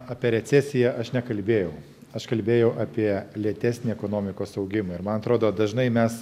apie recesiją aš nekalbėjau aš kalbėjau apie lėtesnį ekonomikos augimą ir man atrodo dažnai mes